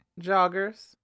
Joggers